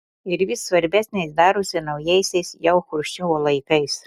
ir vis svarbesnis darosi naujaisiais jau chruščiovo laikais